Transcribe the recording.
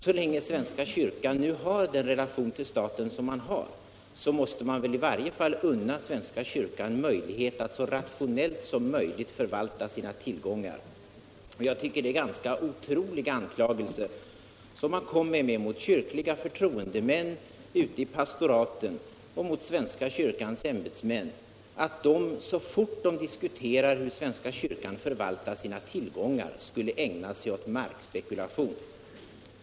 Så länge svenska kyrkan nu har den relation till staten som den har, måste vi väl i varje fall unna svenska kyrkan möjlighet att så rationellt som möjligt förvalta sina tillgångar. Jag tycker att det är otroliga anklagelser som man kommer med mot kyrkliga förtroendemän ute i pastoraten och mot svenska kyrkans ämbetsmän, att de så fort de diskuterar hur svenska kyrkan förvaltar sina tillgångar skulle ägna sig åt markspekulation.